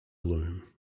gloom